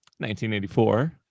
1984